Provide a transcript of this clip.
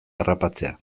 harrapatzea